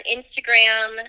Instagram